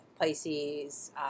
Pisces